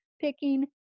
picking